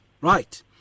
right